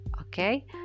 okay